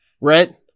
Red